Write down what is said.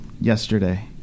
yesterday